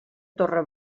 torre